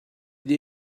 dih